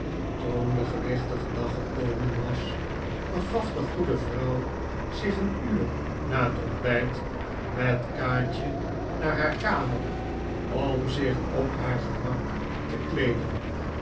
de gewichtige dag gekomen was begaf de goede vrouw zich een uur na het ontbijt met kaatje naar haar kamer om zich op haar gemak te kleeden